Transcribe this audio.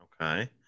Okay